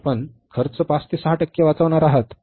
तर आपण खर्च 5 ते 6 टक्के वाचवणार आहात